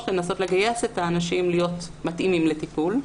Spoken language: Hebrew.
לנסות לגייס את האנשים להיות מתאימים לטיפול.